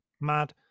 mad